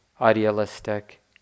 idealistic